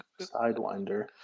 Sidewinder